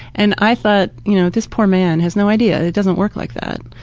and i thought, you know this poor man has no idea. it doesn't work like that.